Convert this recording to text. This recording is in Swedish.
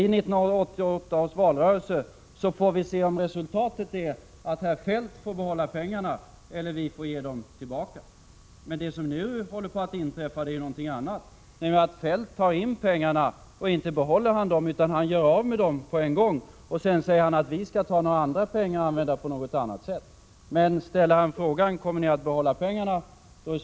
I 1988 års valrörelse får vi se om resultatet blir att herr Feldt får behålla pengarna eller om vi skall ge dem tillbaka. Det som nu håller på att inträffa är ju någonting annat, nämligen att herr Feldt tar in pengarna och inte behåller dem utan gör av med dem på en gång, och sedan säger han att vi skall ta några andra pengar och använda på något annat sätt. Men svaret blir nej om han ställer frågan: Kommer ni att behålla pengarna?